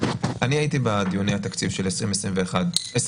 אני הייתי בדיוני התקציב של 2021 2022,